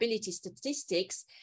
statistics